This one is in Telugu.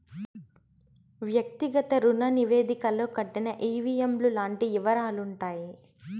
వ్యక్తిగత రుణ నివేదికలో కట్టిన ఈ.వీ.ఎం లు లాంటి యివరాలుంటాయి